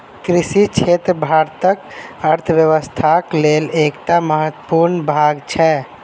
कृषि क्षेत्र भारतक अर्थव्यवस्थाक लेल एकटा महत्वपूर्ण भाग छै